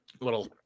little